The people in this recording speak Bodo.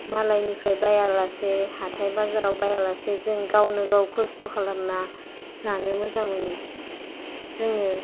मालायनिफ्राय बाया लासे हाथाइ बाजाराव बाया लासे जों गावनो गाव कस्त खालामना जानो मोजां मोनो जोंङो